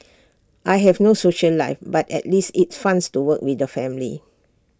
I have no social life but at least it's fangs to work with the family